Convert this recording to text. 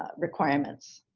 ah requirements